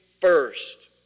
first